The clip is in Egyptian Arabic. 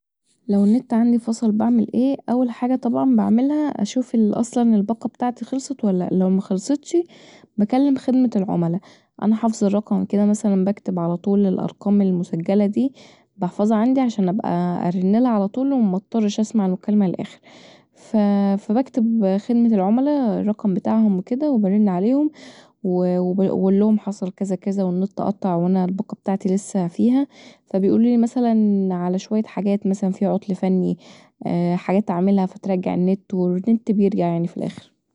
لو النت عندي فصل بعمل ايه اول حاجه طبعا بعملها اشوف اصلا الباقه بتاعتي خلصت ولا لأ لو مخلصتشي بكلم خدمة العملا انا حافظه الرقم كدا مثلا بكتب علي طول الأرقام المسجله دي بحفظها عندي عشان ابقي ارنلها علي طول ومضطرش اسمع المكالمه للاخر فبكتب خدمة العملا الرقم بتاعهم وبرن عليهم واقولهم حصل كذا كذا والنت قطع وانا الباقه بتاعتي لسه فيها فبيقولولي مثلا علي شوية حاجات مثلا فيه عطل فني حاجات اعملها بترجع النت والنت بيرجع يعني في الاخر